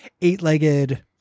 eight-legged